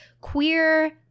queer